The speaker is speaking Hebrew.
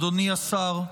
אדוני השר,